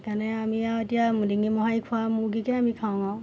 সেইকাৰণে আমি আৰু এতিয়া মিঙি মহাৰী খোৱা মুৰ্গীকে আমি খাওঁ আৰু